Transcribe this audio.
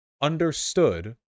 understood